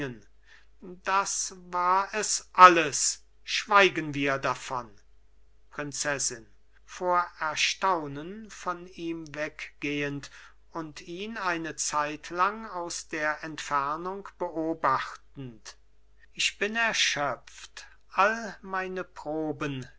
das war es alles schweigen wir davon prinzessin vor erstaunen von ihm weggehend und ihn eine zeitlang aus der entfernung beobachtend ich bin erschöpft all meine proben